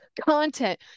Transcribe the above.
content